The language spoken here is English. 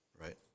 right